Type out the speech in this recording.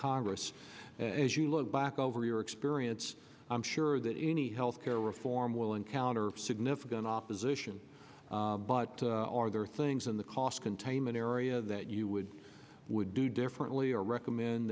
congress as you look back over your experience i'm sure that any health care reform will encounter significant opposition but are there things in the cost containment area that you would would do differently or recommend